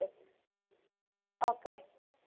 ঠিক আছে অঁ কাইলে